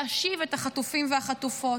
להשיב את החטופים והחטופות,